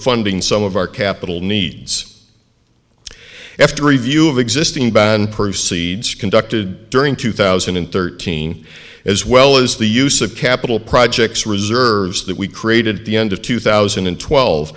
funding some of our capital needs after review of existing band proof seeds conducted during two thousand and thirteen as well as the use of capital projects reserves that we created at the end of two thousand and twelve